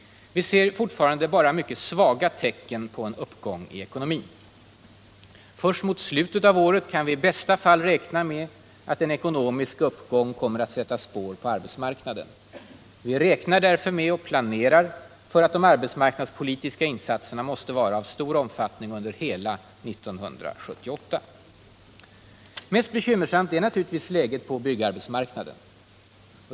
Vi ser fortfarande bara mycket svaga tecken på en uppgång i ekonomin. Först mot slutet av året kan vi i bästa fall räkna med att en ekonomisk uppgång kommer att sätta spår på arbetsmarknaden. Vi räknar därför med och planerar för att de arbetsmarknadspolitiska insatserna måste vara av stor omfattning under hela 1978. Mest bekymmersamt är naturligtvis läget på byggarbetsmarknaden.